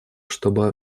чтобы